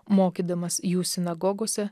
mokydamas jų sinagogose